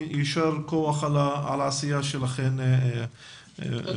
יישר כוח על העשייה שלכם בתחום.